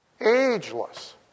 Ageless